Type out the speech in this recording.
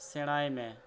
ᱥᱮᱬᱟᱭ ᱢᱮ